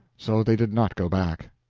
so they did not go back.